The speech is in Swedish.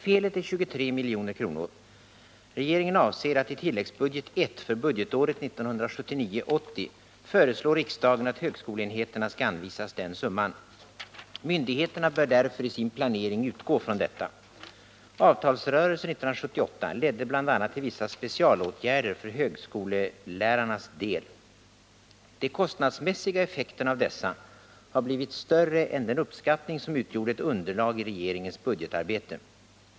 Felet är 23 milj.kr. Regeringen avser att i tilläggsbudget I för budgetåret 1979/80 föreslå riksdagen att högskoleenheterna skall anvisas den summan. Myndigheterna bör därför i sin planering utgå från detta. Avtalsrörelsen 1978 ledde bl.a. till vissa specialåtgärder för högskolelärarnas del. De kostnadsmässiga effekterna av dessa har blivit större än den uppskattning som utgjorde ett underlag i regeringens budgetarbete.